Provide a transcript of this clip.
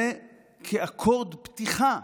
זה כאקורד פתיחה.